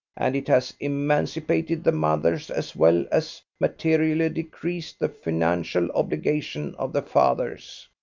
and it has emancipated the mothers as well as materially decreased the financial obligations of the fathers.